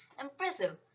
Impressive